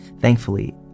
Thankfully